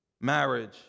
marriage